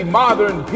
modern